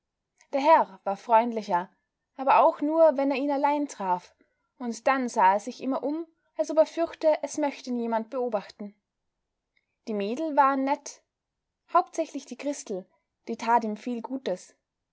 der herr war freundlicher aber auch nur wenn er ihn allein traf und dann sah er sich immer um als ob er fürchte es möchte ihn jemand beobachten die mädel waren nett hauptsächlich die christel die tat ihm viel gutes